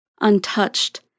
untouched